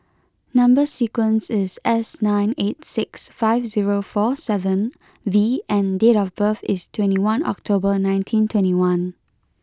number sequence is S nine eight six five zero four seven V and date of birth is twenty one October nineteen twenty one